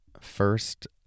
First